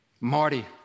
Marty